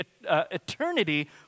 eternity